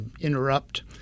interrupt